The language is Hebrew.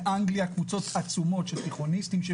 קבוצות גדולות של תיכוניסטים מאנגליה,